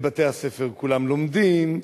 ובתי-הספר כולם לומדים,